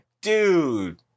Dude